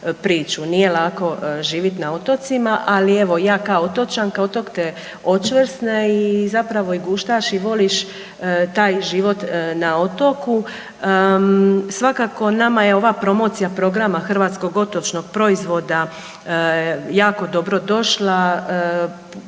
Nije lako živit na otocima, ali evo ja kao otočanka otok te očvrsne i zapravo guštaš i voliš taj život na otoku. Svakako nama je ova promocija programa hrvatskog otočnog proizvoda jako dobro došla,